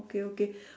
okay okay